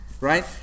right